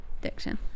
Diction